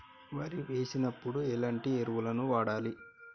వరి వేసినప్పుడు ఎలాంటి ఎరువులను వాడాలి?